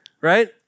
right